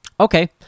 Okay